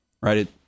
right